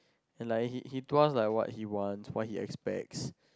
and like he he told us like what he want what he expects